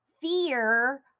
Fear